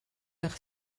leur